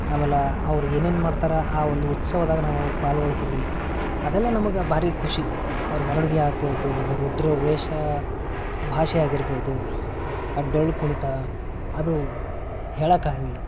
ಆಮ್ಯಾಲ ಅವ್ರು ಏನೇನು ಮಾಡ್ತಾರೆ ಆ ಒಂದು ಉತ್ಸವದಾಗ ನಾವು ಪಾಲ್ಗೊಳ್ತೀವಿ ಅದೆಲ್ಲ ನಮ್ಗೆ ಭಾರಿ ಖುಷಿ ಅವ್ರ ಮೆರ್ವಣ್ಗೆ ಆಗ್ಬೋದು ಅವ್ರು ಉಟ್ಟಿರೊ ವೇಷ ಭಾಷೆ ಆಗಿರ್ಬೋದು ಆ ಡೊಳ್ಳು ಕುಣಿತ ಅದು ಹೇಳಾಕಾಗಂಗಿಲ್ಲ